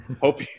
hope